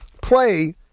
play